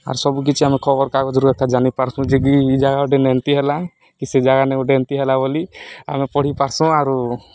ଆର୍ ସବୁ କିଛି ଆମେ ଖବର୍କାଗଜ୍ରୁ କଥା ଜାଣିପାର୍ସୁଁ ଯେକି ଇ ଜାଗାନେ ଗୁଟେ ଏନ୍ତି ହେଲା କି ସେ ଜାଗାନେ ଗୁଟେ ଏମିତି ହେଲା ବୋଲି ଆମେ ପଢ଼ି ପାର୍ସୁଁ ଆରୁ